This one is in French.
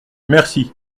merci